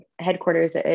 headquarters